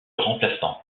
remplaçant